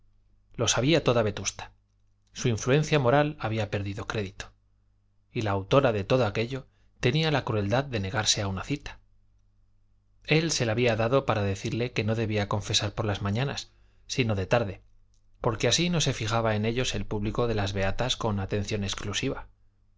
lo sabía toda vetusta su influencia moral había perdido crédito y la autora de todo aquello tenía la crueldad de negarse a una cita él se la había dado para decirle que no debía confesar por las mañanas sino de tarde porque así no se fijaba en ellos el público de las beatas con atención exclusiva